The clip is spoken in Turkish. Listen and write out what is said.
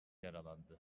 yaralandı